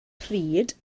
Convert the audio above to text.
pryd